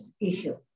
issue